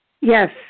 Yes